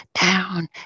down